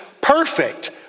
perfect